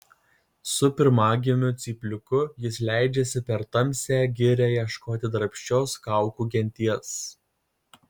su pirmagimiu cypliuku jis leidžiasi per tamsią girią ieškoti darbščios kaukų genties